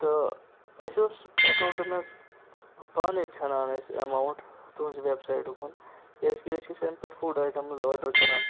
تہٕ اَسہِ اوس اٮ۪کاوُنٛٹ منٛز پانَے ژھٮ۪نان اَسہِ اٮ۪ماوُنٛٹ تُہٕنٛزِ وٮ۪بسایٹُکَن کیٛازِکہِ أسۍ أسۍ اَمہِ پٮ۪ٹھ فُڈ آیٹَمٕز آرڈَر کَران